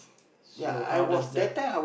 so how does that